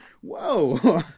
Whoa